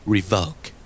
Revoke